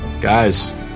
Guys